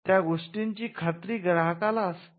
या गोष्टीची खात्री ग्राहकाला असते